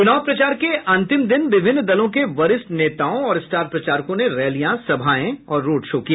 चुनाव प्रचार के अंतिम दिन विभिन्न दलों के वरिष्ठ नेताओं और स्टार प्रचारकों ने रैलियां सभाएं और रोड शो किया